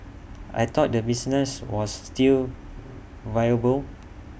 I thought the business was still viable